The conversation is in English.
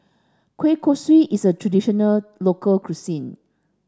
Kueh Kosui is a traditional local cuisine